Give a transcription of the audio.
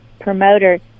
Promoter